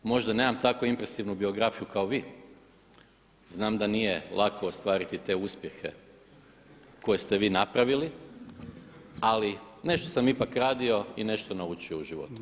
Možda nemam tako impresivnu biografiju kao vi, znam da nije lako ostvariti te uspjehe koje ste vi napravili ali nešto sam ipak radio i nešto naučio u životu.